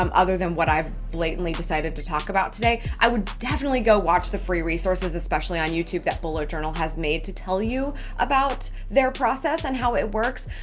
um other than what i've blatantly decided to talk about today, i would definitely go watch the free resources, especially on youtube, that bullet journal has made to tell you about their process and how it works.